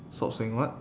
stop saying what